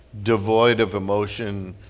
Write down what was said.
devoid of emotion,